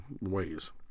ways